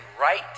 right